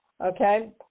okay